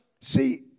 see